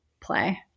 play